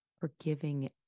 forgiving